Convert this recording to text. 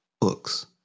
books